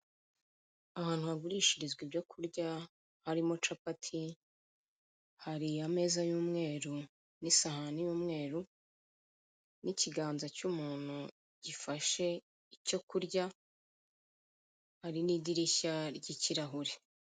Ahantu hagurishirizwa ibyo kurya harimo capati hari ameza y'umweru n'isahani y'umweru n'ikiganza cy'umuntu gifashe icyo kurya hari n'idirishya ry'ikirahure.